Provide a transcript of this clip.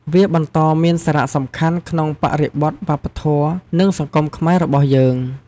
វាបន្តមានសារៈសំខាន់ក្នុងបរិបទវប្បធម៌ និងសង្គមខ្មែររបស់យើង។